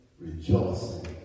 Rejoicing